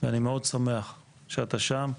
אני מאוד שמח שאתה שם.